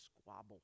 squabble